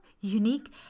unique